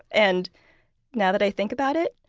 and now that i think about it,